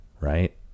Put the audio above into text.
right